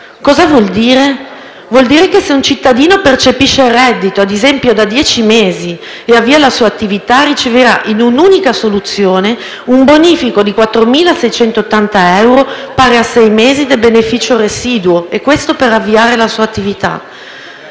Cosa vuol dire? Vuol dire che, se un cittadino che percepisce il reddito da dieci mesi, ad esempio, avvia la propria attività, riceverà in un'unica soluzione un bonifico di 4.680 euro, pari a sei mesi del beneficio residuo, e questo per avviare la sua attività.